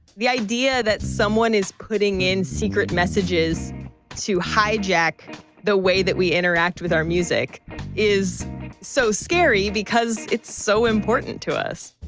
the idea that someone is putting in secret messages to hijack the way that we interact with our music is so scary because it's so important to us